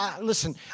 Listen